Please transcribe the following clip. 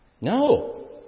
No